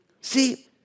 See